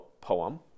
poem